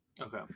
Okay